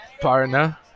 partner